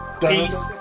peace